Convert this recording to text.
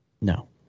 No